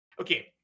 okay